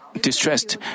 distressed